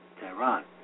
Tehran